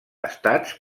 estats